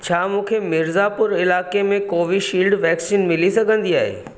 छा मूंखे मिर्ज़ापुर इलाइक़े में कोवीशील्ड वैक्सीन मिली सघंदी आहे